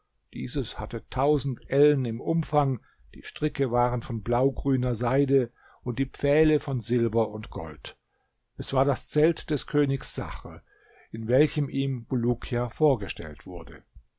dieses hatte tausend ellen im umfang die stricke waren von blaugrüner seide und die pfähle von silber und gold es war das zelt des königs sachr in welchem ihm bulukia vorgestellt wurde